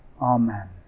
Amen